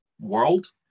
world